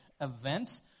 events